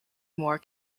more